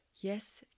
Yes